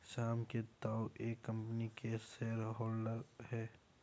श्याम के ताऊ एक कम्पनी के शेयर होल्डर हैं